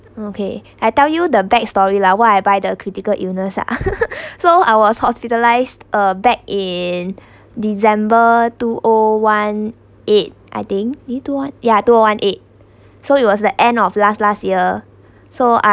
okay I tell you the backstory lah why by the critical illness ah so I was hospitalized uh back in december two O one eight I think two O one ya two O one eight so it was the end of last last year so I